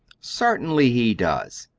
certainly he does.